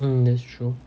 mm that's true